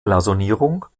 blasonierung